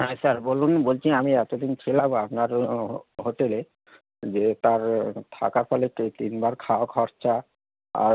হ্যাঁ স্যার বলুন বলছি আমি এতদিন ছিলাম আপনার হোটেলে যে তার থাকার ফলে তিনবার খাওয়া খরচা আর